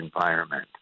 environment